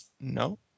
No